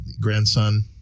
Grandson